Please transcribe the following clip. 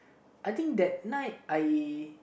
I think that night I